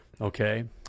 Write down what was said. Okay